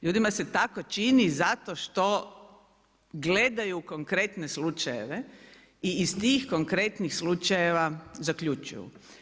Ljudima se tako čini zato što gledaju u konkretne slučajeve i iz tih konkretnih slučajeva zaključuju.